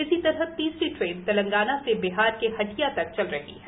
इसी तरह तीसरी ट्रेन तेलंगाना से बिहार के हटि तक चल रही है